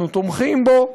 אנחנו תומכים בו,